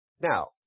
Now